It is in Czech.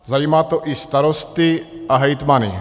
Zajímá to i starosty a hejtmany.